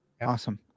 awesome